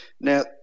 Now